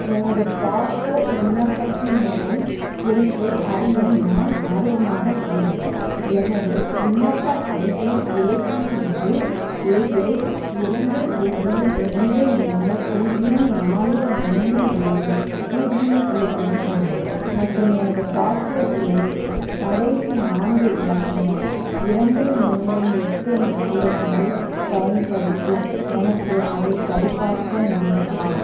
எனது பாஸ்போர்ட் விண்ணப்பத்தின் நிலை குறித்து அறிய நான் ஆர்வமாக உள்ளேன் எனது விண்ணப்ப ID A B L A L இரண்டு பூஜ்ஜியம் இரண்டு மூணு பூஜ்ஜியம் நாலு ஒன்று ஏழு பூஜ்ஜியம் பூஜ்ஜியம் ஒன்று மற்றும் எனது பாஸ்போர்ட் எண்ணின் கடைசி நான்கு இலக்கங்கள் இரண்டு மூணு எட்டு நாலு இல் பயன்படுத்தி எனக்கு அதை சரிபார்க்க முடியுமா